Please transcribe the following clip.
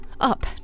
Up